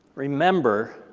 remember,